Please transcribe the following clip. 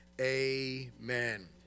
amen